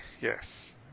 yes